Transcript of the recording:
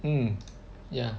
mm ya